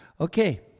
okay